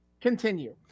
Continue